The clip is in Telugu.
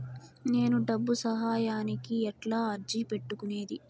నేను డబ్బు సహాయానికి ఎట్లా అర్జీ పెట్టుకునేది?